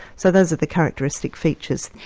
so those are the characteristic features.